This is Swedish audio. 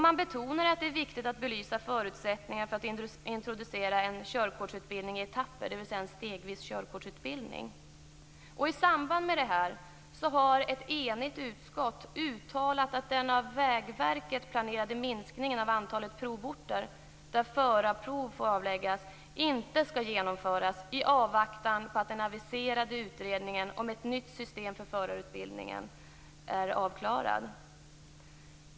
Man betonar att det är viktigt att belysa förutsättningarna för att introducera en körkortsutbildning i etapper, dvs. en stegvis körkortsutbildning. I samband med detta har ett enigt utskott uttalat att den av Vägverket planerade minskningen av antalet provorter där förarprov får avläggas inte skall genomföras i avvaktan på att den aviserade utredningen om ett nytt system för förarutbildningen är klar.